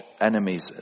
enemies